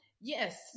Yes